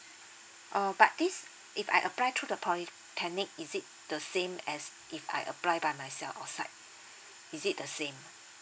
uh but this if I apply through the polytechnic is it the same as if I apply by myself outside is it the same